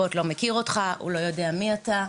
הבוט לא מכיר אותך, הוא לא יודע מי אתה.